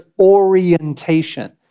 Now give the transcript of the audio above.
orientation